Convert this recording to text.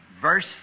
verse